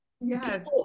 yes